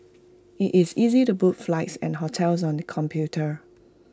IT is easy to book flights and hotels on the computer